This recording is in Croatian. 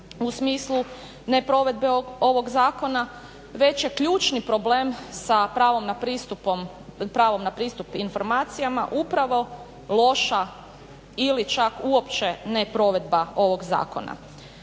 u smislu neprovedbe ovog zakona već je ključni problem sa pravom na pristup informacija upravo loša ili čak uopće neprovedba ovog zakona.